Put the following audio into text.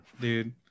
dude